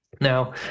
Now